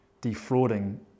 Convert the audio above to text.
defrauding